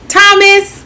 Thomas